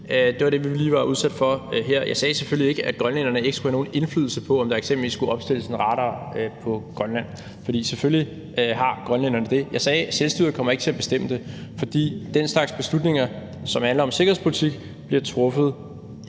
Det var det, vi lige var udsat for her. Jeg sagde selvfølgelig ikke, at grønlænderne ikke skulle have nogen indflydelse på, om der eksempelvis skulle opstilles en radar på Grønland, for selvfølgelig skal grønlænderne have det. Jeg sagde, at selvstyret ikke kommer til at bestemme det, fordi den slags beslutninger, som handler om sikkerhedspolitik, bliver truffet i